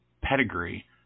pedigree